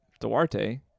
Duarte